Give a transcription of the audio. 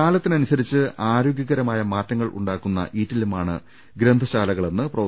കാലത്തിനനുസരിച്ച് ആരോഗ്യകരമായ മാറ്റങ്ങൾ ഉണ്ടാ ക്കുന്ന ഈറ്റില്ലമാണ് ഗ്രന്ഥശാലകളെന്ന് പ്രൊഫ